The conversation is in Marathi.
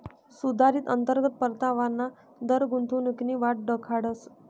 सुधारित अंतर्गत परतावाना दर गुंतवणूकनी वाट दखाडस